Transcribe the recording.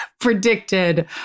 predicted